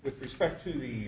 with respect to the